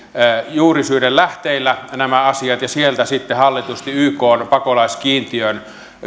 juurisyiden lähteillä nämä asiat ja sieltä sitten hallitusti ykn pakolaiskiintiötä